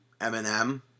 Eminem